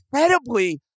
incredibly